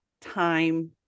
time